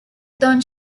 don